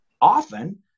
Often